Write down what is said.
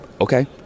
okay